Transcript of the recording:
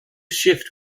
shift